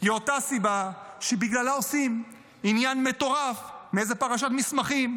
היא אותה הסיבה שבגללה עושים עניין מטורף מאיזו פרשת מסמכים,